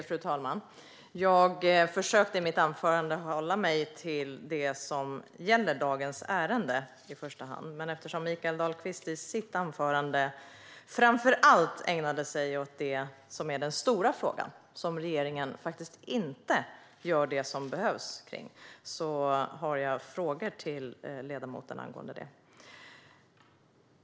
Fru talman! Jag försökte i mitt anförande att hålla mig till dagens ärende, men eftersom Mikael Dahlqvist i sitt anförande framför allt ägnade sig åt det som är den stora frågan, där regeringen faktiskt inte gör det som behövs, har jag några frågor till honom angående det.